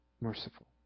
merciful